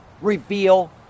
reveal